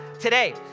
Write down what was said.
today